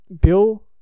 Bill